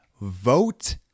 vote